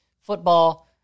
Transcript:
Football